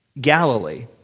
Galilee